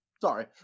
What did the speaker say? Sorry